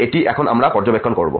এটি এখন আমরা পর্যবেক্ষণ করব